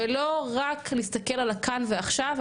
ולא רק מסתכל על הכאן ועכשיו,